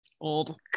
Old